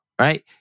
Right